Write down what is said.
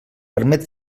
permet